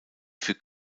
für